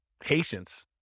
Patience